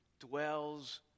dwells